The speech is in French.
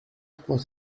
trois